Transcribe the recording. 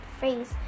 face